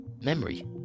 memory